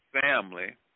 family